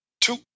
two